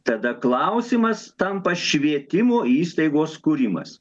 tada klausimas tampa švietimo įstaigos kūrimas